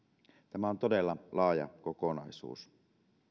tämä on todella laaja kokonaisuus